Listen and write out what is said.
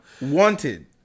wanted